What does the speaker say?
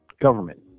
government